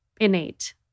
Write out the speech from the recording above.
innate